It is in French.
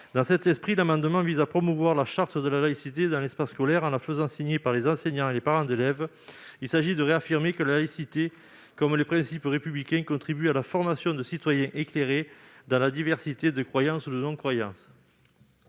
Dans cet esprit, l'amendement vise à promouvoir la charte de la laïcité dans l'espace scolaire en la faisant signer par les enseignants et les parents d'élèves. Il s'agit de réaffirmer que la laïcité, comme les principes républicains, contribue à la formation de citoyens éclairés, dans le respect de la diversité des croyances